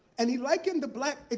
and he likened the black